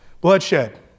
Bloodshed